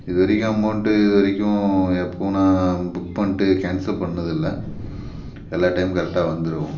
இது வரைக்கும் அமௌண்டு இது வரைக்கும் எப்போவும் நான் புக் பண்ணிட்டு கேன்சல் பண்ணதில்லை எல்லா டைமும் கரெக்டாக வந்துடுவோம்